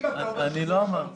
(היו"ר בועז